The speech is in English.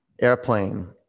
Airplane